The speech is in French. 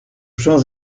champs